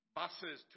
buses